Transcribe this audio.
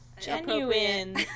Genuine